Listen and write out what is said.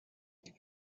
can